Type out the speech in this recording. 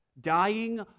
dying